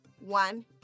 one